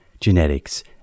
genetics